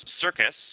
Circus